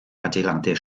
adeiladau